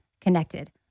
connected